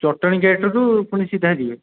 ଜଟଣୀ ଗେଟ୍ଠୁ ପୁଣି ସିଧା ଯିବେ